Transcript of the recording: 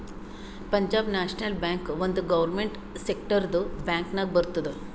Punjab National Bank ಒಂದ್ government ಸೆಕ್ಟರ್ದು bank ನಾಗ್ ಬರ್ತುದ್